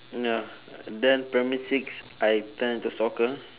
ya then primary six I turn to soccer